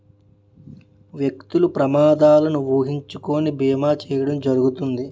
వ్యక్తులు ప్రమాదాలను ఊహించుకొని బీమా చేయడం జరుగుతుంది